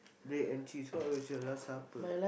bread and cheese what was your last supper